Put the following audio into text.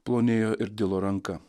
plonėjo ir dilo ranka